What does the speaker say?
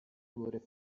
wurde